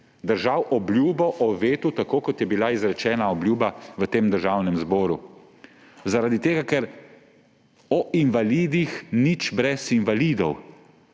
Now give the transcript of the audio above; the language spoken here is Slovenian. držal obljubo o vetu, tako kot je bila izrečena obljuba v tem državnem zboru. Zaradi tega, ker o invalidih nič brez invalidov.